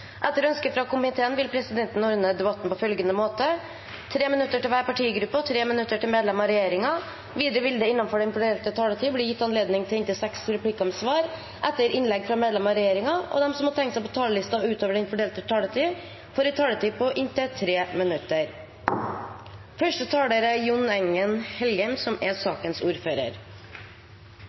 Etter ønske fra kommunal- og forvaltningskomiteen vil presidenten ordne debatten på følgende måte: 3 minutter til hver partigruppe og 3 minutter til medlemmer av regjeringen. Videre vil det – innenfor den fordelte taletid – bli gitt anledning til inntil seks replikker med svar etter innlegg fra medlemmer av regjeringen, og de som måtte tegne seg på talerlisten utover den fordelte taletid, får også en taletid på inntil 3 minutter.